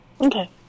okay